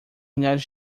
milhares